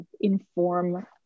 inform